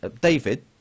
david